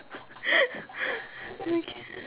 okay